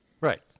Right